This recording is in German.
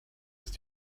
ist